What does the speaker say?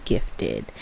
Gifted